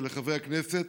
ולחברי הכנסת,